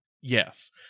Yes